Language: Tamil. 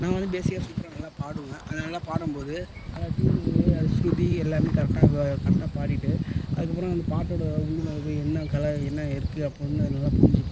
நான் வந்து பேசிக்காக சூப்பராக நல்லா பாடுவேன் அது நல்லா பாடும் போது அந்த ட்யூன்லே அது சுருதி எல்லாம் கரெக்டாக வ கரெக்டாக பாடிட்டு அதுக்கப்புறோம் அந்த பாட்டோடய உள் மேலே போய் என்ன கலை என்ன இருக்குது அப்படின்னு நல்லா புரிஞ்சிப்பேன்